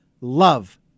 love